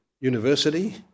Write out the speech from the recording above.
university